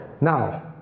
Now